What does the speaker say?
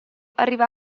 arriva